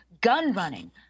gun-running